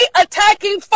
attacking